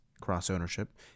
cross-ownership